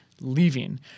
leaving